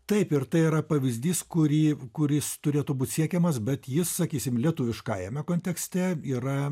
taip ir tai yra pavyzdys kurį kuris turėtų būt siekiamas bet jis sakysim lietuviškajame kontekste yra